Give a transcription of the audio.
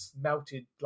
melted